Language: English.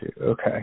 Okay